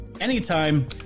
anytime